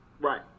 Right